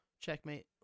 Checkmate